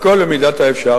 הכול במידת האפשר,